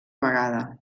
vegada